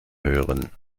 hören